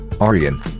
Arian